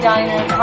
Diner